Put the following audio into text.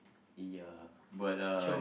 ya but uh